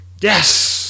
yes